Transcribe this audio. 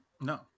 No